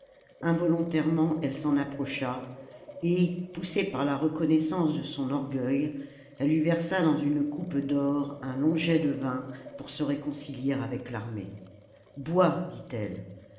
involontairement elle s'en approcha et poussée par la reconnaissance de son orgueil elle lui versa dans une coupe d'or un long jet de vin pour se réconcilier avec l'armée bois dit-elle